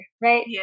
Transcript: right